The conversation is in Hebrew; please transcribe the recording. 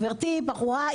גברתי היא בחורה,